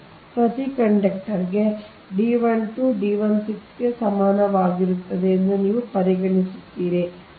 ಆದ್ದರಿಂದ ಪ್ರತಿ ಕಂಡಕ್ಟರ್ಗೆ D 12 D 16 ಗೆ ಸಮಾನವಾಗಿರುತ್ತದೆ ಎಂದು ನೀವು ಪರಿಗಣಿಸುತ್ತೀರಿ ಅಂತರವು ಒಂದೇ ಆಗಿರುತ್ತದೆ